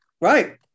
Right